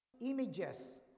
images